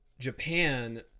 japan